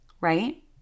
right